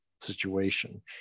situation